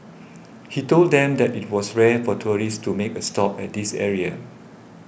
he told them that it was rare for tourists to make a stop at this area